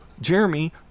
Jeremy